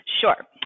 Sure